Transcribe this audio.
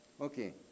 Okay